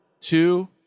two